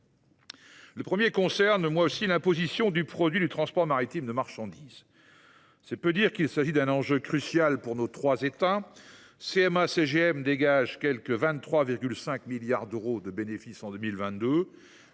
Le premier concerne l’imposition du produit du transport maritime de marchandises. C’est peu dire qu’il s’agit d’un enjeu crucial pour nos trois États : CMA CGM dégage quelque 23,5 milliards d’euros de bénéfices en 2022,…